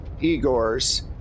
Igor's